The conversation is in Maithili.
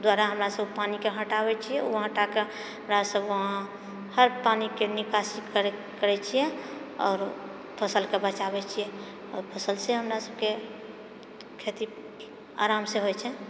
द्वारा हमरा सब पानिके हटाबए छिऐ ओ हटा कऽ हमरा सब हर पानिके निकासी करैत छिऐ आओर फसलके बचाबै छिऐ ओहि फसलसे हमरा सबके खेती आरामसँ होए छै